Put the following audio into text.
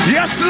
Yes